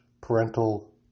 parental